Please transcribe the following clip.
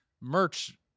merch